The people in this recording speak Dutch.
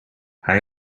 hij